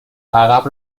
عقب